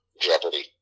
Jeopardy